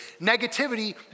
negativity